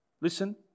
listen